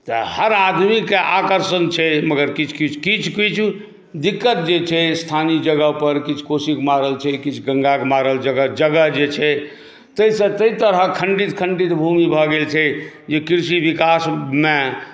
तऽ हर आदमीके आकर्षण छै मगर किछु किछु किछु किछु दिक़्क़त जे छै स्थानीय जगहपर किछु कोशीक मारल छै किछु गङ्गाक मारल जगह छै जगह जे छै ताहिसँ ताहि तरहक खण्डित खण्डित भूमि भऽ गेल छै जे कृषि विकासमे